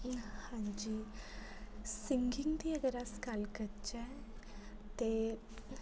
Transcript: हां जी सिंगिंग दी अगर अस गल्ल करचै ते